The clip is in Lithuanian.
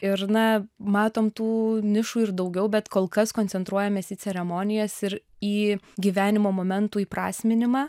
ir na matom tų nišų ir daugiau bet kol kas koncentruojamės į ceremonijas ir į gyvenimo momentų įprasminimą